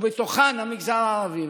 ובתוכן המגזר הערבי.